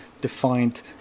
defined